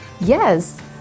Yes